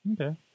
okay